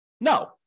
No